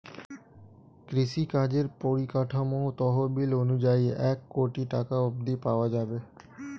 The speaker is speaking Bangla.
কৃষিকাজের পরিকাঠামো তহবিল অনুযায়ী এক কোটি টাকা অব্ধি পাওয়া যাবে